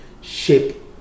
shape